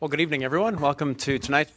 well good evening everyone welcome to tonight